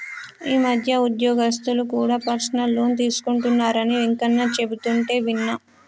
ఈ మధ్య ఉద్యోగస్తులు కూడా పర్సనల్ లోన్ తీసుకుంటున్నరని వెంకన్న చెబుతుంటే విన్నా